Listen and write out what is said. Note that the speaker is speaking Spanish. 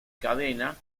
cadena